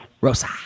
Rosa